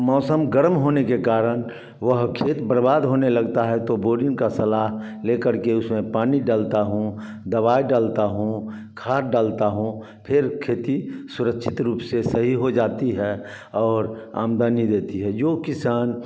मौसम गर्म होने के कारण वह खेत बर्बाद होने लगता है तो बोरिंग की सलाक़ ले करके उसमें पानी डालता हूँ दवाई डालता हूँ खाद डालता हूँ फिर खेती सुरक्षित रूप से सही हो जाती है और आमदनी देती है जो किसान